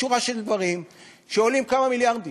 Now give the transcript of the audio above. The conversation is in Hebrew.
יש שורה של דברים שעולים כמה מיליארדים.